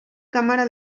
cámara